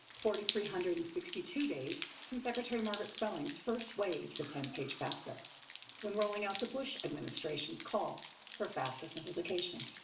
three hundred and sixty two days since secretary margaret spellings first waved the ten page fafsa when rolling out the bush administration's call for fafsa simplification.